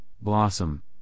blossom